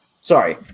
Sorry